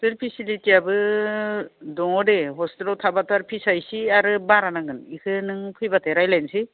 hostel फेसिलिटियाबो दङ दे हस्टेलाव थाबाथ' आर फिसआ एसे आरो बारा नांगोन बेखौ नों फैबाथाय रायलायसै